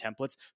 templates